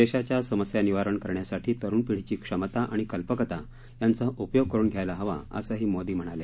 देशाच्या समस्या निवारण करण्यासाठी तरुण पिढीची क्षमता आणि कल्पकता यांचा उपयोग करून घ्यायला हवा असंही मोदी म्हणाले